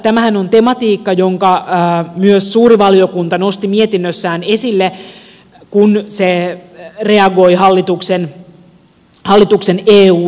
tämähän on tematiikka jonka myös suuri valiokunta nosti mietinnössään esille kun se reagoi hallituksen eu selontekoon